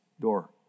door